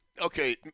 Okay